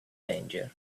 danger